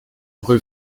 rue